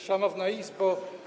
Szanowna Izbo!